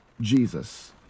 Jesus